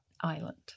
island